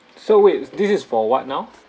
so wait this is for what now